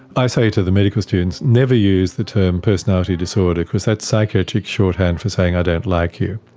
i say to the medical students never use the term personality disorder because that's psychiatric shorthand for saying i don't like you.